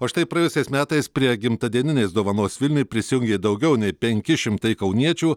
o štai praėjusiais metais prie gimtadieninės dovanos vilniui prisijungė daugiau nei penki šimtai kauniečių